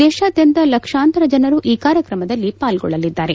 ದೇಶಾದ್ಯಂತ ಲಕ್ಷಾಂತರ ಜನರು ಈ ಕಾರ್ಯಕ್ರಮದಲ್ಲಿ ಪಾಲ್ಗೊಳ್ಳಲಿದ್ದಾರೆ